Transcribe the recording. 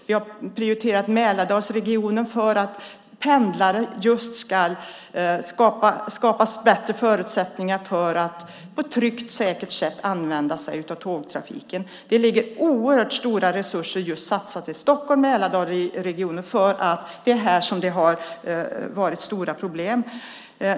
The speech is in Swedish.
Vi har prioriterat Mälardalsregionen för att skapa bättre förutsättningar för att pendlare på ett tryggt och säkert sätt ska kunna använda sig av tågtrafiken. Det är oerhört stora resurser satsade just i Stockholm och Mälardalsregionen därför det är här som det har varit stora problem.